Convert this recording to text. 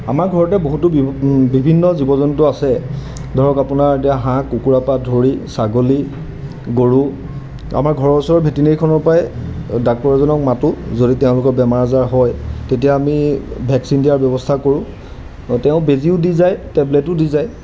আমাৰ ঘৰতে বহুতো বিভ বিভিন্ন জীৱ জন্তু আছে ধৰক আপোনাৰ এতিয়া হাঁহ কুকুৰা পৰা ধৰি ছাগলী গৰু আমাৰ ঘৰৰ ওচৰৰ ভেটিনেৰীখনৰ পৰাই ডাক্তৰ এজনক মাতোঁ যদি তেওঁলোকৰ বেমাৰ আজাৰ হয় তেতিয়া আমি ভেকচিন দিয়াৰ ব্যৱস্থা কৰোঁ তেওঁ বেজীও দি যায় টেবলেটো দি যায়